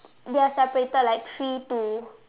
they are separated like three two